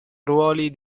ruoli